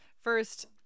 First